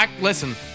Listen